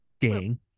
game